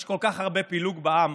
יש כל כך הרבה פילוג בעם